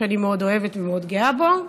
שאני מאוד אוהבת ומאוד גאה בו.